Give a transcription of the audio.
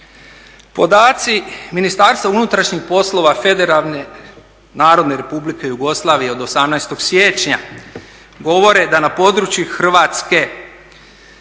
Podaci Ministarstva unutrašnjih poslova Federalne narodne Republike Jugoslavije od 18. siječnja govore da na području Hrvatske